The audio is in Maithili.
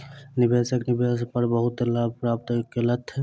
निवेशक निवेश पर बहुत लाभ प्राप्त केलैथ